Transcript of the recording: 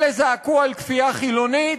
אלה זעקו על כפייה חילונית,